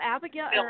Abigail